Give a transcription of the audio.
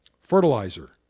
Fertilizer